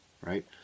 right